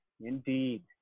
Indeed